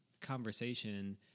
conversation